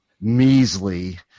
measly